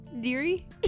Deary